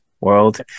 World